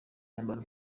yambara